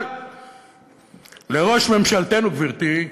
אבל לראש ממשלתנו, גברתי,